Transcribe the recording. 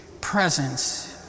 presence